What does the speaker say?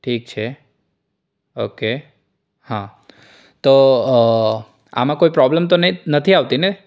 ઠીક છે ઓકે હા તો આમ કોઈ પ્રોબ્લેમ તો નહીં નથી આવતી ને